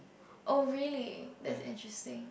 oh really that is interesting